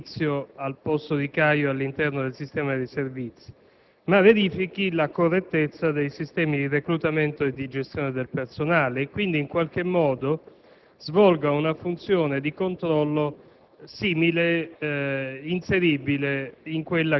che verifichi non le singole assunzioni o la collocazione di Tizio al posto di Caio all'interno del sistema dei Servizi, ma anche la correttezza dei sistemi di reclutamento e gestione del personale e quindi in qualche modo